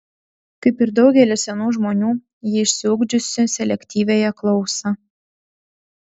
kaip ir daugelis senų žmonių ji išsiugdžiusi selektyviąją klausą